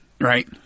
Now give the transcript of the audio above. Right